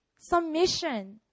Submission